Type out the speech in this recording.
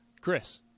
Chris